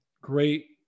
great